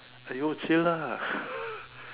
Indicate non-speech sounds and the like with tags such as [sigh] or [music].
!aiyo! chill lah [laughs]